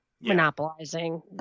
monopolizing